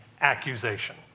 accusation